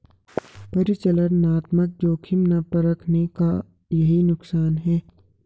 परिचालनात्मक जोखिम ना परखने का यही नुकसान है